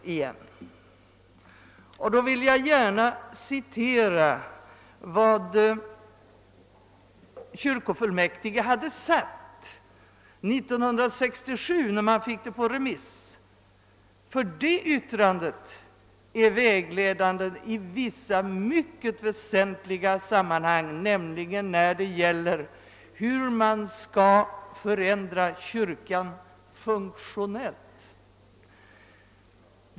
Nu vill jag gärna citera vad kyrkofullmäktige yttrade år 1967, när de fick det första förslaget på remiss, ty det yttrandet är vägledande i vissa mycket väsentliga sammanhang, nämligen när det gäller hur man skall förändra kyrkan funktionellt.